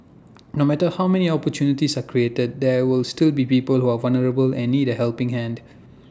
no matter how many opportunities are created there will still be people who are vulnerable and need A helping hand